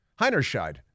Heinerscheid